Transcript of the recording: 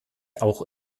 auch